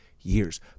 years